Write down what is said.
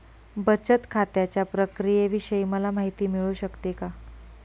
बचत खात्याच्या प्रक्रियेविषयी मला माहिती मिळू शकते का?